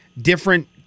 different